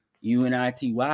UNITY